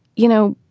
you know,